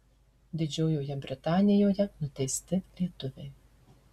didžiojoje britanijoje nuteisti lietuviai